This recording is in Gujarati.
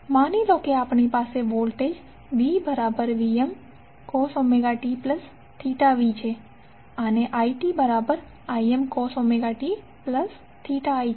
માની લો કે આપણી પાસે વોલ્ટેજ vtVm cos tv અને itIm cos ti છે